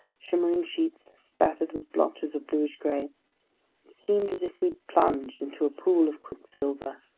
shimmering sheets spattered with blotches of bluish gray. it seemed as if we'd plunged into a pool of quicksilver.